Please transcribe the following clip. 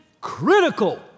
critical